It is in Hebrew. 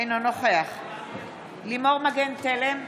אינו נוכח לימור מגן תלם,